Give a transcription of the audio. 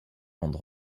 rendre